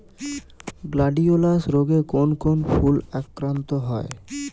Gladiolus রোগে কোন কোন ফুল আক্রান্ত হয়?